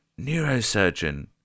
neurosurgeon